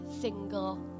single